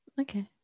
okay